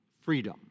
freedom